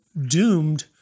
doomed